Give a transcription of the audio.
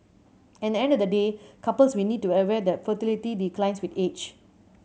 at the end of the day couples will need to aware that fertility declines with age